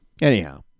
Anyhow